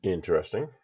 Interesting